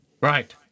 Right